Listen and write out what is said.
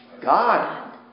God